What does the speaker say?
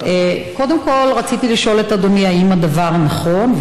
קודם כול רציתי לשאול את אדוני: האם הדבר נכון?